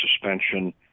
suspension